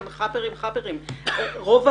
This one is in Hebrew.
כל הזמן